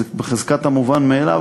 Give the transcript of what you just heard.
זה בחזקת המובן מאליו,